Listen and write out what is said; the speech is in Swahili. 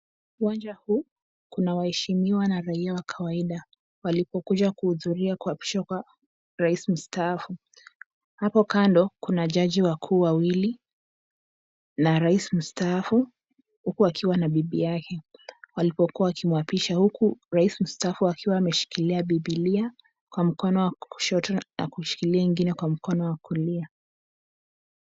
Uwanja huu kuna waheshimiwa na raia wa kawaida walipokuja kuhudhuria kuapishwa kwa rais mustaafu. Hapo kando kuna jaji wakuu wawili na rais mustaafu huku akiwa na bibi yake. Walipokua wakimwapisha huku rais mustaafu akiwa ameshikilia biblia kwa mkono wa kushoto na kushikilia ingine kwa mkono wa kulia.